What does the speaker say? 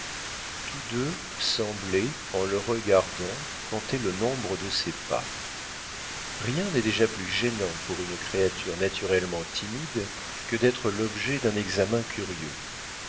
tous deux semblaient en le regardant compter le nombre de ses pas rien n'est déjà plus gênant pour une créature naturellement timide que d'être l'objet d'un examen curieux